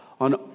on